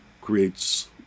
creates